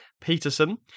Peterson